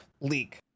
leak